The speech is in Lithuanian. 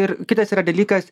ir kitas yra dalykas